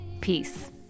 peace